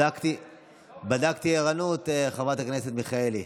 בדקתי ערנות, חברת הכנסת מיכאלי.